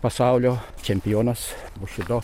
pasaulio čempionas bušido